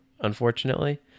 unfortunately